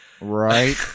Right